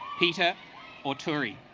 heater or tori